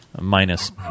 minus